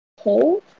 hold